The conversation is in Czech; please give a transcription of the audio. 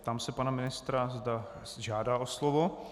Ptám se pana ministra, zda si žádá o slovo.